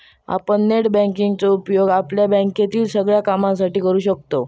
आपण net banking चो उपयोग आपल्या बँकेतील सगळ्या कामांसाठी करू शकतव